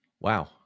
Wow